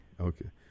Okay